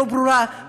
לא ברורה,